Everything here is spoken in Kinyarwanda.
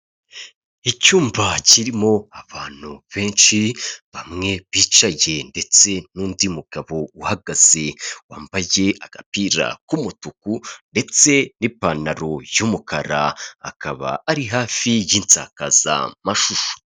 Icyumba kirimo abantu benshi bamwe bicaye ndetse n'undi mugabo uhagaze wambaye agapira k'umutuku ndetse n'ipantaro y'umukara, akaba ari hafi y'insakazamashusho.